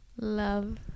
Love